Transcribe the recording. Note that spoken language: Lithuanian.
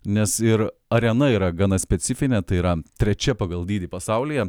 nes ir arena yra gana specifinė tai yra trečia pagal dydį pasaulyje